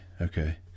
okay